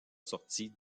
sortie